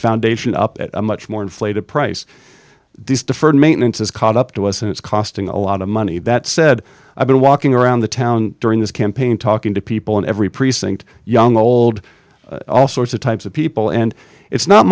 foundation up at a much more inflated price these deferred maintenance is caught up to us and it's costing a lot of money that said i've been walking around the town during this campaign talking to people in every precinct young old all sorts of types of people and it's not